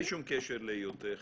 בלי שום קשר להיותך